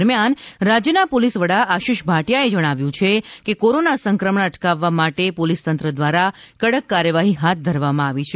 દરમિયાન રાજ્યના પોલીસ વડા આશિષ ભાટીયાએ જણાવ્યું છે કે કોરોના સંક્રમણ અટકાવવા માટે પોલીસતંત્ર દ્વારા કડક કાર્યવાહી હાથ ધરવામાં આવી છે